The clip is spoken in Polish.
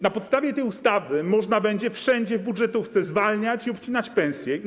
Na podstawie tej ustawy można będzie wszędzie w budżetówce zwalniać i obcinać pensje.